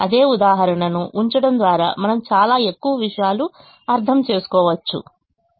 అదే ఉదాహరణను ఉంచడం ద్వారా మనం చాలా ఎక్కువ విషయాలు అర్థం చేసుకోవచ్చు